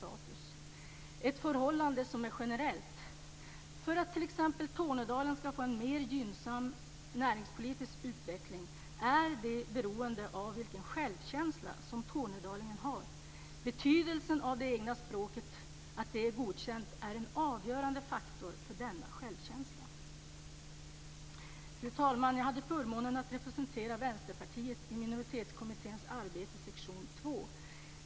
Det är ett förhållande som gäller generellt. Huruvida t.ex. Tornedalen ska kunna få en mer gynnsam näringspolitisk utveckling är beroende av den självkänsla som tornedalingarna har. Att det egna språket är godkänt är en avgörande faktor för denna självkänsla. Fru talman! Jag hade förmånen att representera Vänsterpartiet i sektion två av Minoritetskommitténs arbete.